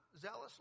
zealously